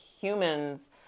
humans